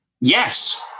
Yes